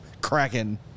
Kraken